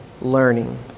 learning